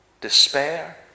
despair